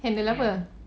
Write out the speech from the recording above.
handle apa